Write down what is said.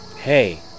Hey